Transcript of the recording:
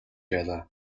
байлаа